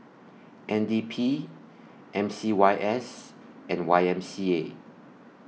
N D P M C Y S and Y M C A